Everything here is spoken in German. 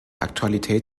aktualität